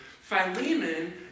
Philemon